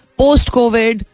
post-covid